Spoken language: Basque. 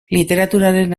literaturaren